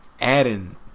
adding